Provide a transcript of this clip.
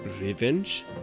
revenge